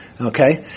Okay